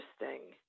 interesting